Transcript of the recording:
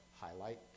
highlight